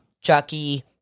Chucky